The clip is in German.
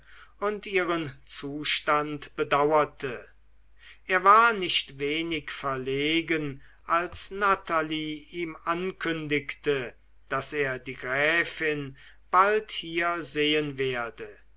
und ihren zustand bedauerte er war nicht wenig verlegen als natalie ihm ankündigte daß er die gräfin bald hier sehen werde